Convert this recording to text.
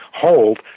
hold